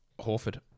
Horford